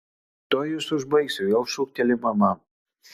tuoj jus užbaigsiu vėl šūkteli mama